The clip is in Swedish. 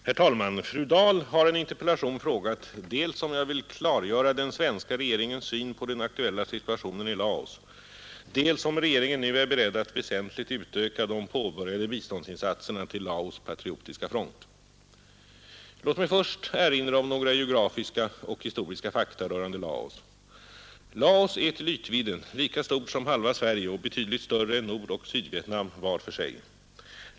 Herr talman! Fru Dahl har i en interpellation frågat dels om jag vill klargöra den svenska regeringens syn på den aktuella situationen i Laos, dels om regeringen nu är beredd att väsentligt utöka de påbörjade biståndsinsatserna till Laos patriotiska front. Låt mig först erinra om några geografiska och historiska fakta rörande Laos. Laos är till ytvidden lika stort som halva Sverige och betydligt större än Nordoch Sydvietnam vart för sig.